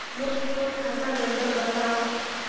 मोर खाता नम्बर बताव?